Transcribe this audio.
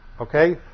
Okay